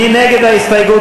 מי נגד הסעיף?